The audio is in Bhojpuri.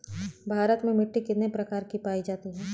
भारत में मिट्टी कितने प्रकार की पाई जाती हैं?